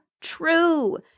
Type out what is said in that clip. true